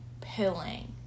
pilling